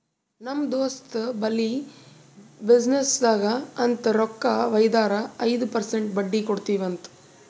ನಮ್ ದೋಸ್ತ್ ಬಲ್ಲಿ ಬಿಸಿನ್ನೆಸ್ಗ ಅಂತ್ ರೊಕ್ಕಾ ವೈದಾರ ಐಯ್ದ ಪರ್ಸೆಂಟ್ ಬಡ್ಡಿ ಕೊಡ್ತಿವಿ ಅಂತ್